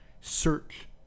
search